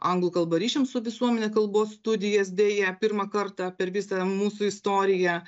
anglų kalba ryšiam su visuomene kalbos studijas deja pirmą kartą per visą mūsų istoriją